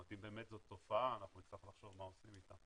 אם זו באמת תופעה אנחנו נצטרך לחשוב מה עושים איתה.